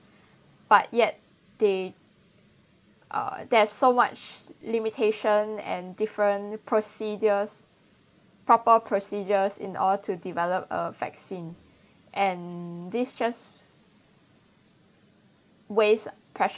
but yet they uh there's so much limitation and different procedures proper procedures in order to develop a vaccine and this just waste precious